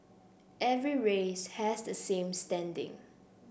every race has the same standing